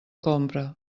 compra